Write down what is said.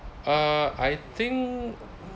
uh I think